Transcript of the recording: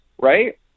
right